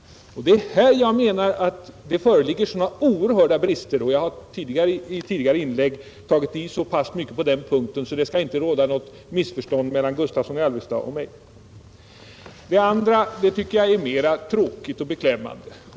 Här menar jag att det föreligger oerhört stora brister. Jag har i mina tidigare inlägg tagit i så skarpt att det inte bör råda något missförstånd mellan herr Gustavsson i Alvesta och mig på den punkten. Nästa sak jag måste beröra är mera beklämmande.